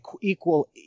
equal